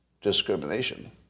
discrimination